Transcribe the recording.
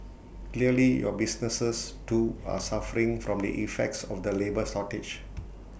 clearly your businesses too are suffering from the effects of the labour shortage